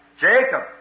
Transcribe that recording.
Jacob